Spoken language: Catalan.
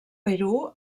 perú